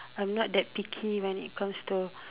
I'm not that picky when it comes to